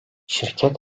şirket